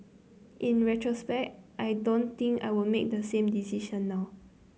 in retrospect I don't think I would make the same decision now